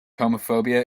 homophobia